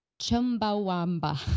Chumbawamba